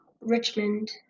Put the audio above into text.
Richmond